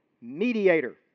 mediator